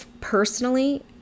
personally